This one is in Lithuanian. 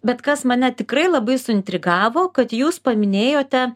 bet kas mane tikrai labai suintrigavo kad jūs paminėjote